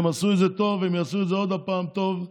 הם עשו את זה טוב והם יעשו את זה עוד פעם טוב.